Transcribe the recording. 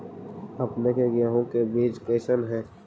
अपने के गेहूं के बीज कैसन है?